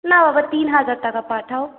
না বাবা তিন হাজার টাকা পাঠাও